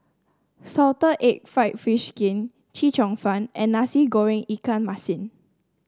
Salted Egg fried fish skin Chee Cheong Fun and Nasi Goreng Ikan Masin